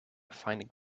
finding